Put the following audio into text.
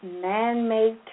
man-made